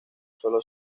solo